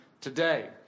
today